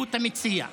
מזהות המציע.